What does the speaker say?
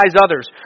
others